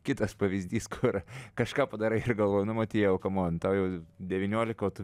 kitas pavyzdys kur kažką padarai ir galvoji nu motiejau kamon tau jau devyniolika o tu